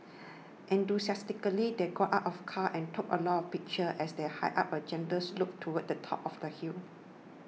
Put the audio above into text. enthusiastically they got out of car and took a lot of pictures as they hiked up a gentle slope towards the top of the hill